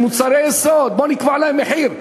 שהם מוצרי יסוד בואו נקבע להם מחיר.